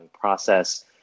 process